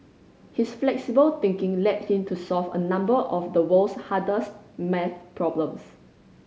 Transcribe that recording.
his flexible thinking led him to solve a number of the world's hardest maths problems